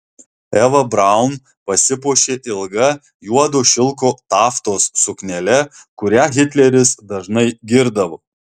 eva braun pasipuošė ilga juodo šilko taftos suknele kurią hitleris dažnai girdavo